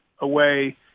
away